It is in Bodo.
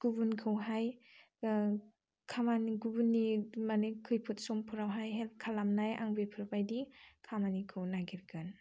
गुबुनखौहाय खामानि गुबुननि माने खैफोद समफोरावहाय हेल्प खालामनाय आं बेफोरबायदि खामानिखौ नागिरगोन